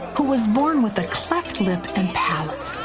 who was born with a cleft lip and palate.